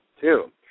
two